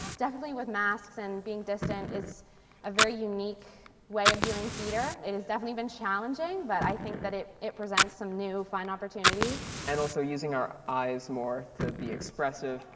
definitely with masks and being distant is a very unique way of doing theater, it has definitely been challenging but i think that it it presents some new fun opportunities. and also using our eyes more to be expressive.